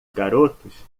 garotos